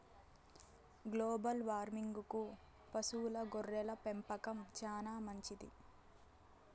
global వార్మింగ్కు పశువుల గొర్రెల పెంపకం చానా మంచిది